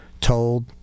told